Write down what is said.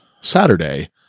Saturday